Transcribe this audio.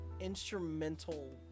instrumental